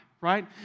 right